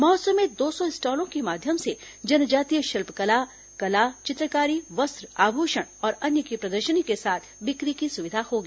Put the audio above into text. महोत्सव में दो सौ स्टॉलों के माध्यम से जनजातीय शिल्पकला कला चित्रकारी वस्त्र आभूषण और अन्य की प्रदर्शनी के साथ बिक्र ी की सुविधा होगी